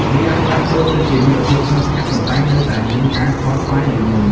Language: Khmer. វាអាចផ្លាស់ប្តូរទៅជា មិត្តភាពស្ងប់ស្ងាត់ ប៉ុន្តែនៅតែមានការខ្វល់ខ្វាយដូចមុន។